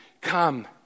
come